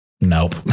nope